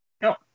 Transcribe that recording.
No